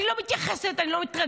אני לא מתייחסת, ואני לא מתרגשת.